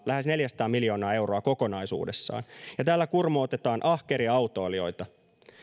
lähes neljäsataa miljoonaa euroa kokonaisuudessaan tällä kurmootetaan ahkeria autoilijoita